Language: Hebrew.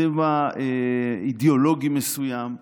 צבע אידיאולוגי מסוים,